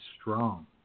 strong